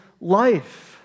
life